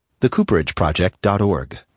TheCooperageProject.org